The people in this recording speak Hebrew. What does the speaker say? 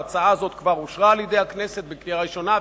ההצעה הזאת כבר אושרה על-ידי הכנסת בקריאה ראשונה,